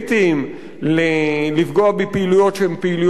לפגוע בפעילויות שהן פעילויות לגיטימיות.